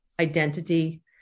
identity